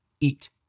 eat